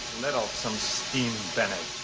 let off some steam, bennett.